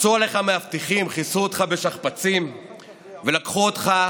קפצו עליך מאבטחים, כיסו אותך בשכפ"צים ולקחו אותך